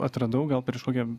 atradau gal prieš kokią